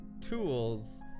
tools